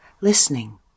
listening